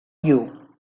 you